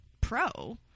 pro